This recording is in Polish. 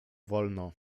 wolno